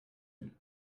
you